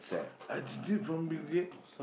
I_T tip from Bill-Gates